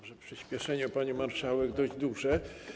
Może przyspieszenie, panie marszałek, dość duże.